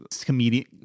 comedian